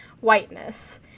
whiteness